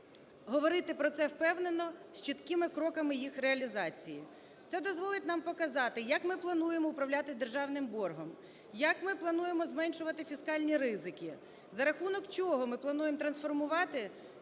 говорити про це впевнено, з чіткими кроками їх реалізації. Це дозволить нам показати, як ми плануємо управляти державним боргом, як ми плануємо зменшувати фіскальні ризики, за рахунок чого ми плануємо трансформувати освіту,